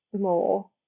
more